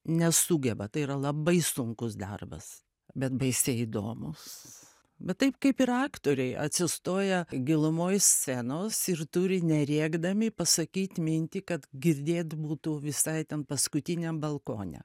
nesugeba tai yra labai sunkus darbas bet baisiai įdomus bet taip kaip ir aktoriai atsistoja gilumoj scenos ir turi nerėkdami pasakyt mintį kad girdėt būtų visai ten paskutiniam balkone